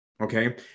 Okay